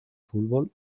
fútbol